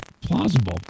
plausible